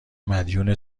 مدیون